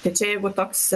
tai čia jeigu toks